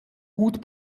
gut